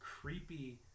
creepy